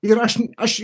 ir aš aš